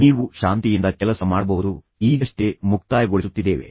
ನೀವು ಶಾಂತಿಯಿಂದ ಕೆಲಸ ಮಾಡಬಹುದು ನಾವು ಮುಗಿಸುತ್ತಿದ್ದೇವೆ ನಾವು ಈಗಷ್ಟೇ ಮುಕ್ತಾಯಗೊಳಿಸುತ್ತಿದ್ದೇವೆ